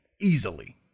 easily